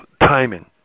timing